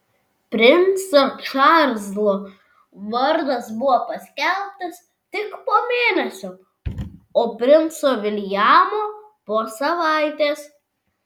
princo čarlzo vardas buvo paskelbtas tik po mėnesio o princo viljamo po savaitės